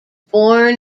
born